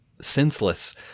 senseless